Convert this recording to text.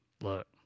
look